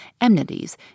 enmities